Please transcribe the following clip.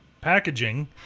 packaging